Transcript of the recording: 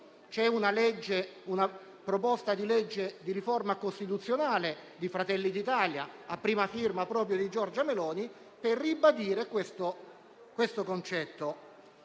C'è una proposta di legge di riforma costituzionale di Fratelli d'Italia, a prima firma proprio di Giorgia Meloni, per ribadire questo concetto.